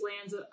lands